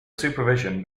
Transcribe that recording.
supervision